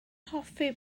hoffi